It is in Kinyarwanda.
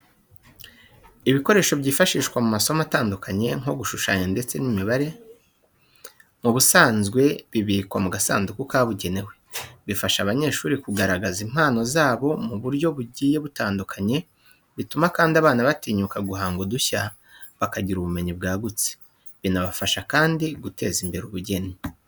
Ibikoresho byifashishwa mu masomo atandukanye nko gushushanya ndetse n'imibare. Mu busanzwe bibikwa mu gasanduku kabugenewe. Bifasha abanyeshuri kugaragaza impano zabo mu buryo bugiye butandukanye, bituma kandi abana batinyuka guhanga udushya, bakagira ubumenyi bwagutse. Binabafasha kandi guteza imbere ubugeni